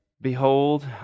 Behold